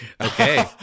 Okay